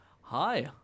Hi